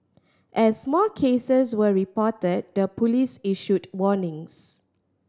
as more cases were reported the police issued warnings